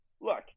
Look